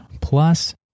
plus